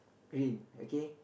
green okay